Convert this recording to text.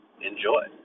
enjoy